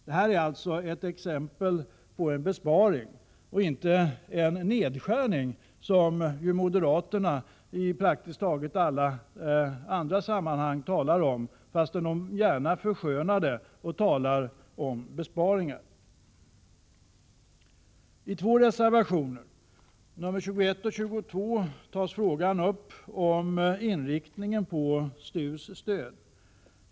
Detta är alltså ett exempel på en besparing, inte på en nedskärning, som ju moderaterna i praktiskt taget alla andra sammanhang talar om, fast de gärna förskönar det hela och talar om besparingar. I två reservationer, 21 och 22, tas frågan om inriktningen av STU:s stöd upp.